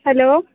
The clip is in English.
hello